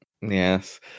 Yes